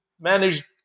managed